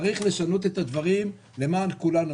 צריך לשנות את הדברים למען כולנו.